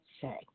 say